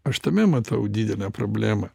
aš tame matau didelę problemą